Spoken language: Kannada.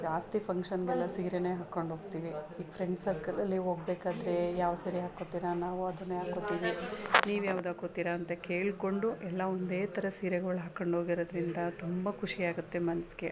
ಜಾಸ್ತಿ ಫಂಕ್ಷನ್ನಿಗೆಲ್ಲ ಸೀರೆಯೇ ಹಾಕ್ಕೊಂಡ್ಹೋಗ್ತೀವಿ ಈ ಫ್ರೆಂಡ್ ಸರ್ಕಲಲ್ಲಿ ಹೋಗ್ಬೇಕಾದ್ರೆ ಯಾವ ಸೀರೆ ಹಾಕ್ಕೊತೀರಾ ನಾವು ಅದನ್ನೇ ಹಾಕ್ಕೊತೀವಿ ನೀವು ಯಾವ್ದು ಹಾಕ್ಕೊತೀರಾ ಅಂತ ಕೇಳಿಕೊಂಡು ಎಲ್ಲ ಒಂದೇ ಥರ ಸೀರೆಗಳ್ ಹಾಕ್ಕೊಂಡ್ಹೋಗಿರೊದ್ರಿಂದ ತುಂಬ ಖುಷಿ ಆಗುತ್ತೆ ಮನ್ಸಿಗೆ